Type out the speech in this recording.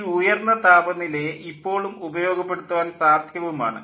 ഈ ഉയർന്ന താപനിലയെ ഇപ്പോളും ഉപയോഗപ്പെടുത്തുവാൻ സാധ്യവും ആണ്